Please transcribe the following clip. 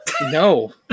No